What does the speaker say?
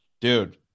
dude